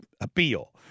appeal